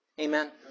Amen